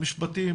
המשפטים,